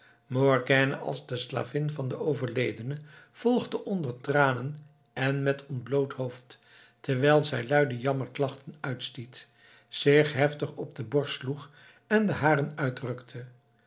morgiane als de slavin van den overledene volgde onder tranen en met ontbloot hoofd terwijl zij luide jammerklachten uitstiet zich heftig op de borst sloeg en de haren uitrukte